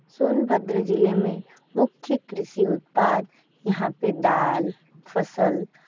सोनभद्र ज़िले में मुख्य कृषि उत्पाद यहाँ पे दाल फ़सल